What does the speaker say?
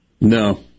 No